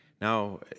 Now